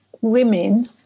women